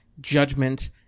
judgment